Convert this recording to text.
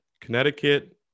Connecticut